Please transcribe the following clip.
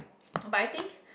oh but I think